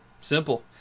simple